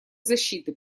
защиты